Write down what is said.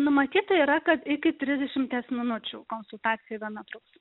numatyta yra kad iki trisdešimties minučių konsultacija viena truks